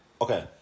Okay